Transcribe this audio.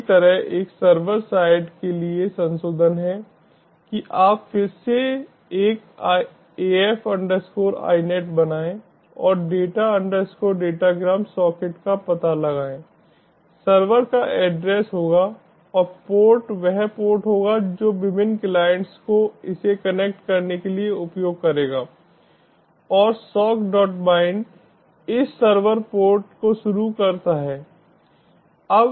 इसी तरह एक सर्वर साइड के लिए संशोधन है कि आप फिर से एक AF INET बनाएं और डेटा अंडरस्कोर डेटाग्राम सॉकेट का पता लगाएं सर्वर का एड्रेस होगा और पोर्ट वह पोर्ट होगा जो विभिन्न क्लाइंट्स को इसे कनेक्ट करने के लिए उपयोग करेगा और sockbind इस सर्वर पोर्ट को शुरू करता है